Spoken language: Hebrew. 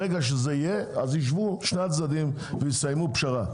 ברגע שזה יהיה, ישבו שני הצדדים ויגיעו לפשרה.